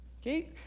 Okay